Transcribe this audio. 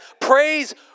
Praise